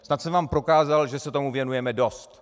Snad jsem vám prokázal, že se tomu věnujeme dost.